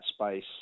space